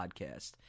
podcast